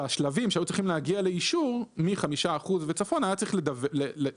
בשלבים שהיו צריכים להגיע לאישור מ-5% ומעלה היה צריך לקבל